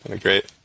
Great